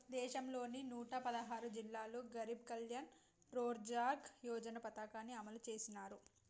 దేశంలోని నూట పదహారు జిల్లాల్లో గరీబ్ కళ్యాణ్ రోజ్గార్ యోజన పథకాన్ని అమలు చేసినారు